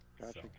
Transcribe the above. gotcha